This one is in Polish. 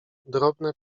drobne